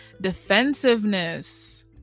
defensiveness